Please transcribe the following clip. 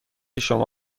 شما